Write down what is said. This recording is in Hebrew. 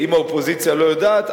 אם האופוזיציה לא יודעת,